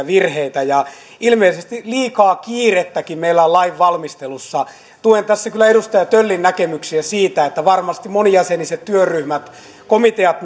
virheitä ja ilmeisesti liikaa kiirettäkin meillä on lainvalmistelussa tuen tässä kyllä edustaja töllin näkemyksiä siitä että varmasti monijäseniset työryhmät komiteat